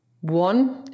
one